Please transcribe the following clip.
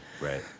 Right